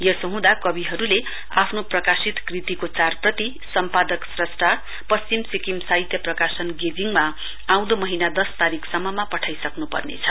यसो हुँदा कविहरुले आफ्नो प्रकाशित कृतुको चार प्रति सम्पादकसस्टापश्चिम सिक्कम साहित्य प्रकाशन गेजिङमा आँउदो महीना दस तारीकसम्मा पठाई सक्नु पर्नेछ